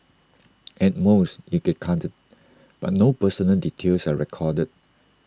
at most you get carded but no personal details are recorded